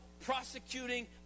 prosecuting